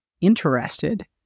interested